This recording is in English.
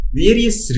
various